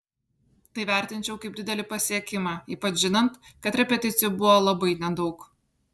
tai vertinčiau kaip didelį pasiekimą ypač žinant kad repeticijų buvo labai nedaug